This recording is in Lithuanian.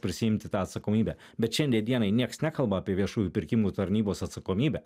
prisiimti tą atsakomybę bet šiandie dienai nieks nekalba apie viešųjų pirkimų tarnybos atsakomybę